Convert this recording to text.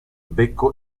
becco